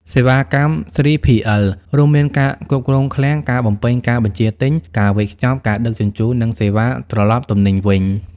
សេវាកម្ម 3PL រួមមានការគ្រប់គ្រងឃ្លាំង ការបំពេញការបញ្ជាទិញ ការវេចខ្ចប់ ការដឹកជញ្ជូន និងសេវាត្រឡប់ទំនិញវិញ ។